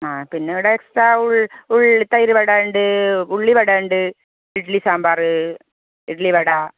ആ പിന്നെ ഇവിടെ എക്സ്ട്രാ ഉൾ ഉള്ളി തൈര് വടയുണ്ട് ഉള്ളി വട ഉണ്ട് ഇഡ്ഡലി സാമ്പാർ ഇഡ്ഡലി വട